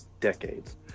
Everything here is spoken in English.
decades